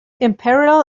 imperial